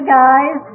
guys